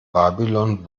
babylon